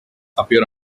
appear